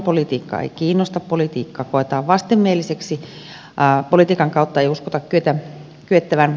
politiikka ei kiinnosta politiikka koetaan vastenmieliseksi politiikan kautta ei uskota kyettävän vaikuttamaan